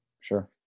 Sure